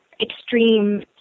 extreme